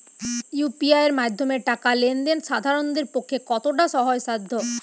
UPI এর মাধ্যমে টাকা লেন দেন সাধারনদের পক্ষে কতটা সহজসাধ্য?